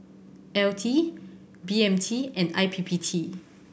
L T B M T and I P P T